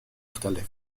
مختلف